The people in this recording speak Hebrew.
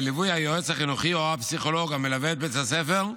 בליווי היועץ החינוכי או הפסיכולוג המלווה את בית הספר,